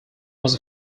was